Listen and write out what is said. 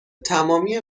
تمامی